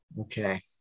Okay